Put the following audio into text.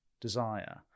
desire